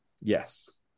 Yes